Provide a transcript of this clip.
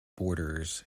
borders